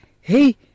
Hey